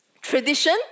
tradition